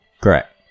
Correct